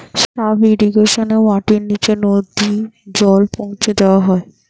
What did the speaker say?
sub ইর্রিগেশনে মাটির নিচে নদী জল পৌঁছা দেওয়া হয়